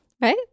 Right